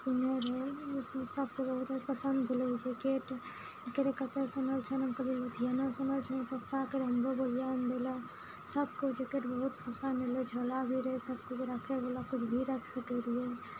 रहै सब बहुत पसन्द भेलै जेकेट करै कते आनलें छें कहलियै लुधियाना सऽ आनलें छलियै पप्पाके हमरो बढ़िऑं देला सभके जेकेट बहुत पसन्द भेलै झोला भी रहै सभकिछु राखै बला किछु भी राखि सकैत रहियै